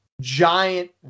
giant